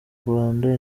rwanda